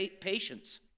patience